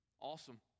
Awesome